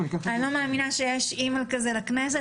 אני לא מאמינה שיש אימייל כזה לכנסת,